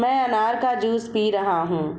मैं अनार का जूस पी रहा हूँ